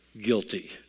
Guilty